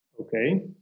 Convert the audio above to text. Okay